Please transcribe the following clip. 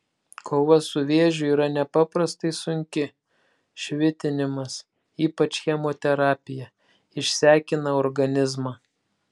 kova su vėžiu yra nepaprastai sunki švitinimas ypač chemoterapija išsekina organizmą